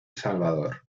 salvador